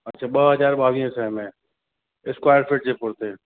अच्छा ॿ हज़ार ॿावीह सै में स्क्वेर फिट जे पुर ते